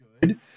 good